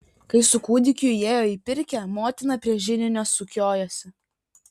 kai su kūdikiu įėjo į pirkią motina prie židinio sukiojosi